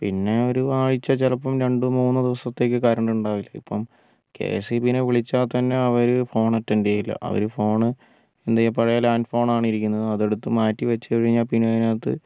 പിന്നെ ഒരു ആഴ്ച ചിലപ്പോൾ രണ്ടോ മൂന്നോ ദിവസത്തേക്ക് കരണ്ടിണ്ടാവില്ല ഇപ്പം കെഎസ്ഈബീന വിളിച്ച തന്നെ അവർ ഫോണറ്റൻഡ് ചെയ്യില്ല അവർ ഫോണ് എന്താചെയ്യ പഴയ ലാൻഡ് ഫോണാണിരിക്കുന്നത് അതെട്ത്ത് മാറ്റി വെച്ച് കഴിഞ്ഞാൽ പിന്നെ അതിനു അകത്തു